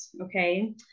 okay